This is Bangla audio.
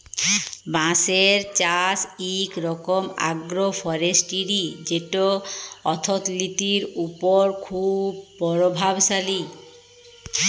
বাঁশের চাষ ইক রকম আগ্রো ফরেস্টিরি যেট অথ্থলিতির উপর খুব পরভাবশালী